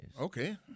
Okay